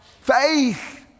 faith